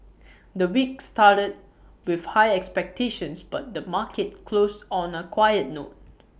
the week started with high expectations but the market closed on A quiet note